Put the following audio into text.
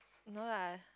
no lah